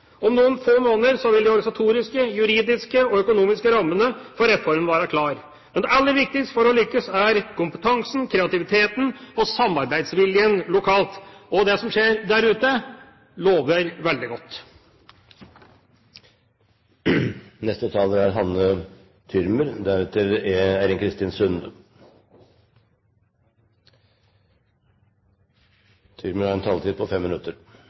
Om noen få måneder vil de organisatoriske, juridiske og økonomiske rammene for reformen være klar. Men aller viktigst for å lykkes er kompetansen, kreativiteten og samarbeidsviljen lokalt. Og det som skjer der ute, lover veldig godt. Regjeringen varsler innsats innen helse og omsorg. Blant annet skal Samhandlingsreformen nå konkretiseres. Som overlege og hjertespesialist på